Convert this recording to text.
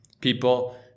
People